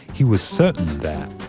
he was certain that,